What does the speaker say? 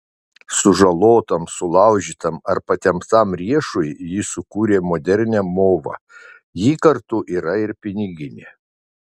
sužalotam sulaužytam ar patemptam riešui ji sukūrė modernią movą ji kartu yra ir piniginė